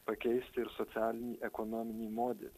pakeisti ir socialinį ekonominį modelį